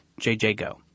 JJGO